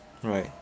right